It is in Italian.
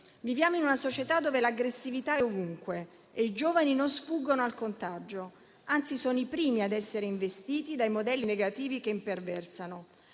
Viviamo in una società dove l'aggressività è ovunque e dove i giovani non sfuggono al contagio; anzi, sono i primi ad essere investiti dai modelli negativi che imperversano.